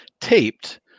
taped